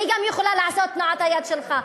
גם אני יכולה לעשות את תנועת היד שלך.